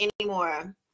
anymore